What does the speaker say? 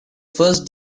first